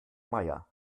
meier